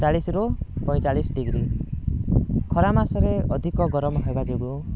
ଚାଳିଶରୁ ପଇଁଚାଳିଶ ଡିଗ୍ରୀ ଖରା ମାସରେ ଅଧିକ ଗରମ ହେବା ଯୋଗୁଁ